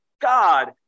God